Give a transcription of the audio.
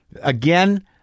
again